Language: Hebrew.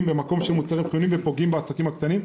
במקום של מוצרים חיוניים ופוגעים בעסקים הקטנים,